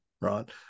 right